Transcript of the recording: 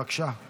בבקשה.